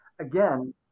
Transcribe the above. again